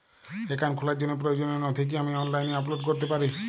Account খোলার জন্য প্রয়োজনীয় নথি কি আমি অনলাইনে আপলোড করতে পারি?